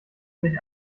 sich